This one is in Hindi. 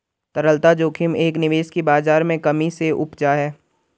तरलता जोखिम एक निवेश की बाज़ार में कमी से उपजा है